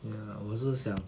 ya 我是想